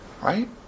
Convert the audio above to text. Right